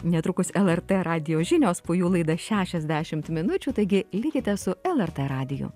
netrukus lrt radijo žinios po jų laida šešiasdešimt minučių taigi likite su lrt radiju